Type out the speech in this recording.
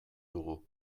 dugu